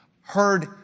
heard